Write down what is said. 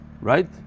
Right